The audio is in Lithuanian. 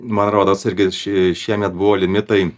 man rodos irgi ši šiemet buvo limitai